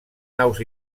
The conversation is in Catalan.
naus